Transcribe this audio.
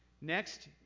Next